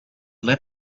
lit